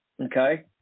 okay